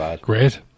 Great